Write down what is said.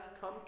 come